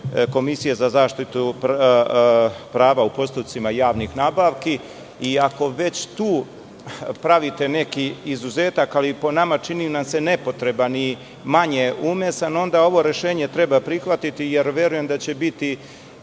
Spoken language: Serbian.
Komisije za zaštitu prava u postupcima javnih nabavki i ako već tu pravite neki izuzetak, ali po nama, čini nam se nepotreban i manje umesan, onda ovo rešenje treba prihvatiti jer verujem da će biti